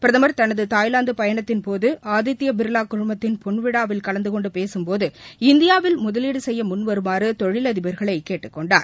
பிரதமர் தனது தாய்வாந்து பயணத்தின்போது ஆதித்ய பிர்வா குழுமத்தின் பொன்விழாவில் கலந்தகொண்டு பேசும்போது இந்தியாவில் முதலீடு செய்ய் முன்வருமாறு தொழிலதிபர்களை கேட்டுக்கொண்டார்